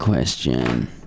Question